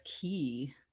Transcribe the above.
key